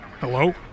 Hello